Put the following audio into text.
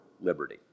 liberty